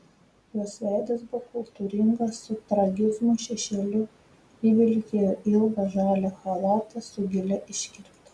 jos veidas buvo kultūringas su tragizmo šešėliu ji vilkėjo ilgą žalią chalatą su gilia iškirpte